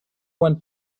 one